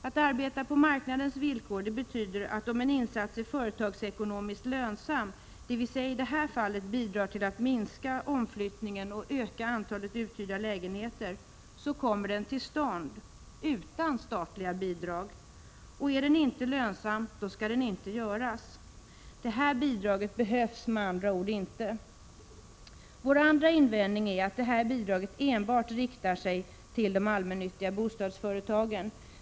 Att arbeta på marknadens villkor — det betyder att om en insats är företagsekonomiskt lönsam, dvs. i det här fallet bidrar till att minska omflyttningen och öka antalet uthyrda lägenheter, så kommer den till stånd; utan statliga bidrag. Och är den inte lönsam, då skall den inte göras. Det här bidraget behövs med andra ord inte. Vår andra invändning är att det här bidraget enbart riktar sig till de allmännyttiga bostadsföretagen.